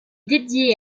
dédié